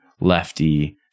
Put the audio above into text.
Lefty